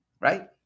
Right